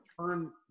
turn